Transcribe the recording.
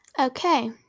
Okay